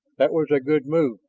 that was a good move,